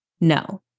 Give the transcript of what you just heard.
No